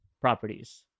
properties